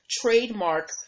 trademark